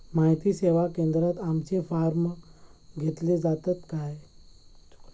माहिती सेवा केंद्रात आमचे फॉर्म घेतले जातात काय?